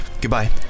goodbye